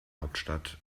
hauptstadt